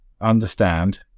understand